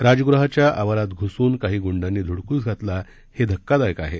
राजगृहाच्या आवारात घुसून काही गुंडांनी धुडगूस घातला हे धक्कादायक आहे